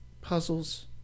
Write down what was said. puzzles